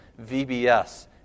VBS